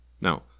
Now